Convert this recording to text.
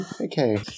Okay